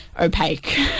opaque